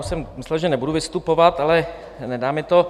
Já už jsem myslel, že nebudu vystupovat, ale nedá mi to.